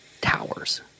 towers